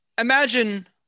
imagine